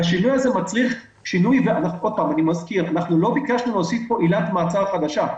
אני מזכיר שלא ביקשנו להוסיף עילת מעצר חדשה.